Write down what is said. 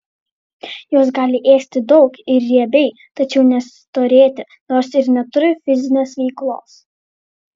jos gali ėsti daug ir riebiai tačiau nestorėti nors ir neturi fizinės veiklos